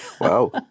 Wow